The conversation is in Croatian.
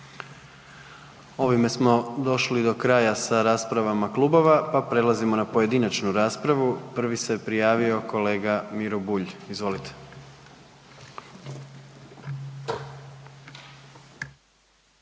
Ovime smo došli do kraja sa raspravama klubova pa prelazimo na pojedinačnu raspravu. Prvi se prijavio kolega Miro Bulj, izvolite.